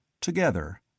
Together